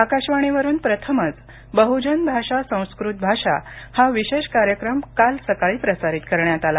आकाशवाणीवरून प्रथमच बह्जन भाषा संस्कृत भाषा हा विशेष कार्यक्रम काल सकाळी प्रसारित करण्यात आला